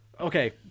Okay